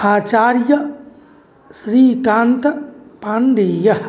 आचार्यश्रीकान्तपाण्डेयः